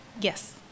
Yes